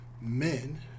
men